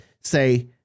say